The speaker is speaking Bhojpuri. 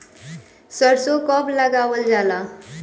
सरसो कब लगावल जाला?